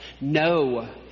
No